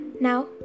Now